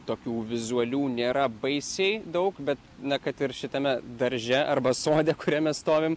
tokių vizualių nėra baisiai daug bet na kad ir šitame darže arba sode kuriame stovim